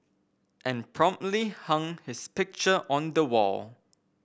and promptly hung his picture on the wall